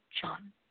John